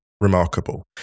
remarkable